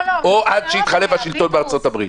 או עד שיתחלף השלטון בארצות הברית.